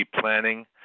Planning